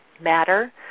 matter